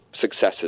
successes